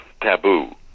taboo